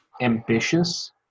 ambitious